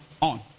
on